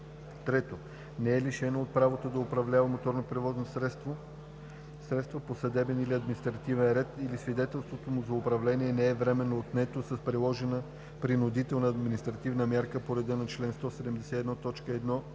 3. не е лишено от право да управлява моторни превозни средства по съдебен или административен ред или свидетелството му за управление не е временно отнето с приложена принудителна административна мярка по реда на чл. 171,